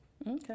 Okay